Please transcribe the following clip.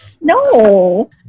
No